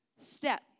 step